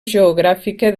geogràfica